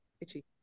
itchy